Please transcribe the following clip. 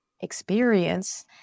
experience